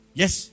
yes